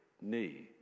knee